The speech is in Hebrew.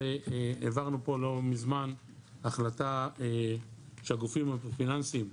העברנו פה לא מזמן החלטה שהגופים הפיננסיים,